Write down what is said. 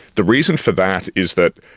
the reason for that is that,